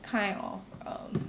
kind of um